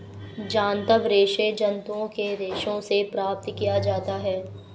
जांतव रेशे जंतुओं के रेशों से प्राप्त किया जाता है